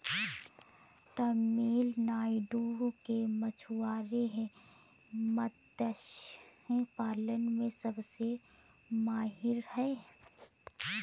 तमिलनाडु के मछुआरे मत्स्य पालन में सबसे माहिर हैं